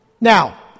Now